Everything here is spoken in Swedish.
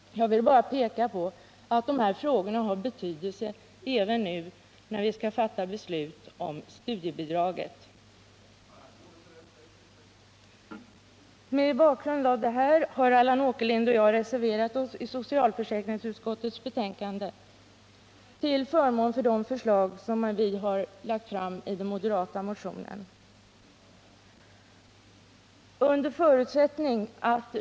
Jag vill bara peka på att dessa frågor har betydelse även när vi skall fatta beslut om studiebidraget. Mot bakgrund av detta har Allan Åkerlind och jag reserverat oss mot socialförsäkringsutskottets hemställan till förmån för de förslag som lagts fram i den moderata motionen.